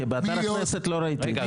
כי באתר הכנסת לא ראיתי.